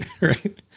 right